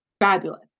fabulous